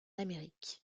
amérique